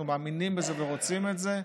אנחנו מאמינים בזה ורוצים את זה,